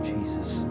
Jesus